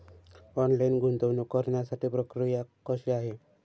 Online गुंतवणूक करण्यासाठी प्रक्रिया कशी आहे?